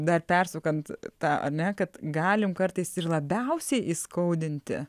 dar persukant tą ar ne kad galim kartais ir labiausiai įskaudinti